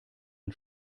ein